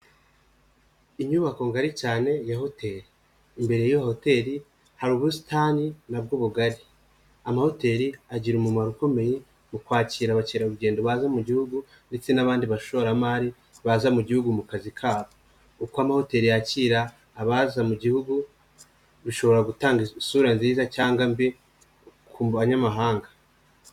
Inyubako ngari cyane ya hotel, imbere y'iyo hotel hari ubusitani na bwo bugari. Amahoteli agira umumaro ukomeye mu kwakira abakerarugendo baza mu gihugu ndetse n'abandi bashoramari baza mu gihugu mu kazi kabo, uko amahoteli yakira abaza mu gihugu bishobora gutanga isura nziza cyangwa mbi ku banyamahanga.